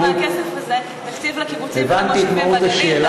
מהכסף הזה תקציב לקיבוצים ולמושבים בגליל,